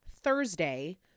Thursday